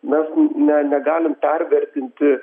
mes ne negalim pervertinti